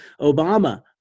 Obama